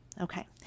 Okay